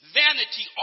vanity